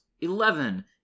Eleven